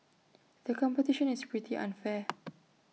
the competition is pretty unfair